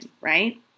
right